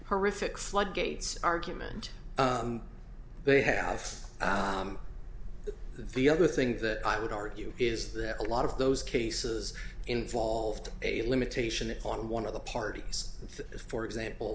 horrific floodgates argument they have the other thing that i would argue is that a lot of those cases involved a limitation on one of the parties for example